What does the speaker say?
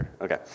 Okay